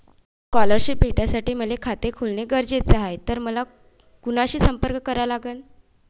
Scholarship भेटासाठी मले खात खोलने गरजेचे हाय तर कुणाशी संपर्क करा लागन?